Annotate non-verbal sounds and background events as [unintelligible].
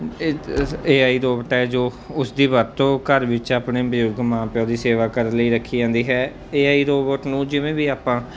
[unintelligible] AI robot ਹੈ ਜੋ ਉਸ ਦੀ ਵਰਤੋਂ ਘਰ ਵਿੱਚ ਆਪਣੇ ਬਜ਼ੁਰਗ ਮਾਂ ਪਿਓ ਦੀ ਸੇਵਾ ਕਰਨ ਲਈ ਰੱਖੀ ਜਾਂਦੀ ਹੈ ਏਆਈ ਰੋਬਟ ਨੂੰ ਜਿਵੇਂ ਵੀ ਆਪਾਂ